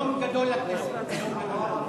חוק שירותי תעופה (פיצוי וסיוע בשל ביטול טיסה או שינוי בתנאיה),